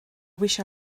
wish